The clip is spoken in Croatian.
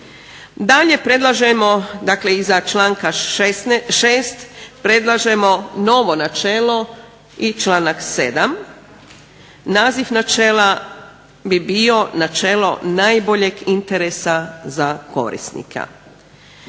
Dalje predlažemo, dakle iza članka 6. predlažemo novo načelo i članak 7. – naziv načela bi bio načelo najboljeg interesa za korisnika.